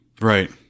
right